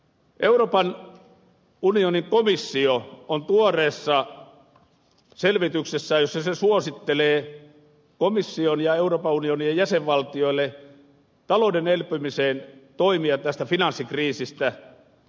euroopan unionin komissio tuoreessa selvityksessään suosittelee komission ja euroopan unionin jäsenvaltioille toimia talouden elvyttämiseksi tässä finanssikriisissä